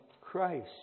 Christ